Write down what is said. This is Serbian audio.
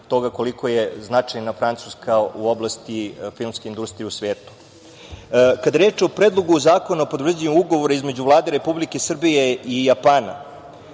toga koliko je značajna Francuska u oblasti filske industrije u svetu. Kada je reč o Predlogu zakona o potvrđivanju Ugovora između Vlade Republike Srbije i Japana,